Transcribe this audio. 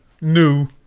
New